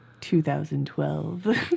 2012